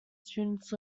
students